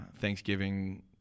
Thanksgiving